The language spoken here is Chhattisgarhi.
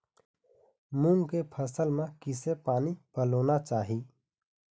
मूंग के फसल म किसे पानी पलोना चाही?